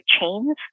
chains